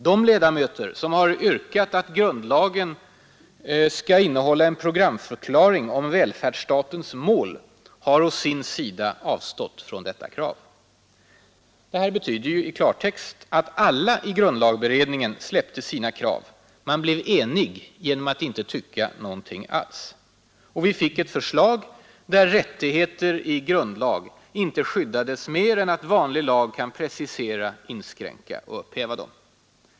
De ledamöter som har yrkat att grundlagen skall innehålla en programförklaring om välfärdsstatens mål har å sin sida avstått från detta krav.” I klartext betyder det att alla i grundlagberedningen släppte sina krav. Man blev enig genom att inte tycka något särskilt alls! Vi fick ett förslag där rättigheter i grundlag inte skyddades mer än att vanlig lag kunde precisera, inskränka och upphäva dem.